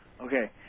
Okay